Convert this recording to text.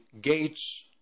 gates